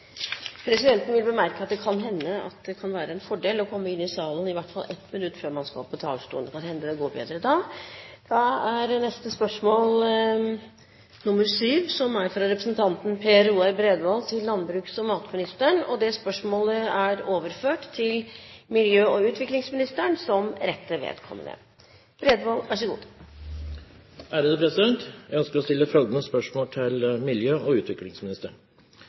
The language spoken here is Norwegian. Presidenten vil bemerke at det kan hende at det kan være en fordel å komme inn i salen i hvert fall ett minutt før man skal på talerstolen. Kan hende det går bedre da. Dette spørsmålet, fra representanten Per Roar Bredvold til landbruks- og matministeren, er overført til miljø- og utviklingsministeren som rette vedkommende. Jeg ønsker å stille følgende spørsmål til miljø- og utviklingsministeren: